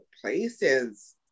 places